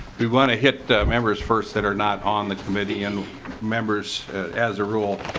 we want to hit members first that are not on the committee and members as a rule.